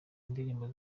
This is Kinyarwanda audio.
indirimbo